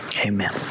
amen